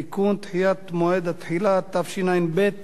(תיקון) (דחיית מועד התחילה), התשע"ב